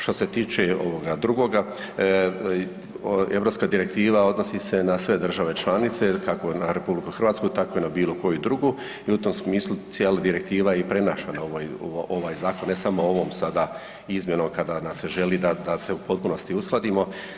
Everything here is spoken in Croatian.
Što se tiče drugoga, europska direktiva odnosi se na sve države članice kako na RH tako i na bilo koju drugu i u tom smislu cijela direktiva prenašana je u ovaj zakon, ne samo ovom sada izmjenom kada se želi da se u potpunosti uskladimo.